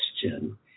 question